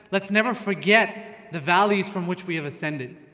let's never forget the values from which we have ascended.